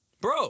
bro